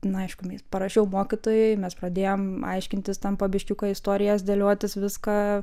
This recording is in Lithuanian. na aišku parašiau mokytojui mes pradėjom aiškintis ten po biškiuką istorijas dėliotis viską